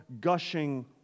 gushing